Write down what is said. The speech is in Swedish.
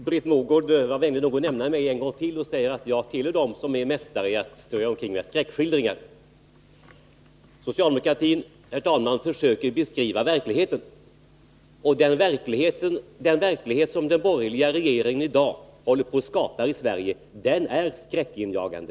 Herr talman! Britt Mogård var vänlig nog att nämna mig en gång till och sade att jag tillhör dem som är mästare i att strö skräckskildringar omkring sig. Socialdemokratin försöker beskriva verkligheten, och den verklighet som den borgerliga regeringen i dag håller på att skapa i Sverige är skräckinjagande.